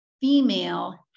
female